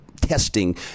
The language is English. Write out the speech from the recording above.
testing